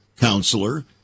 Counselor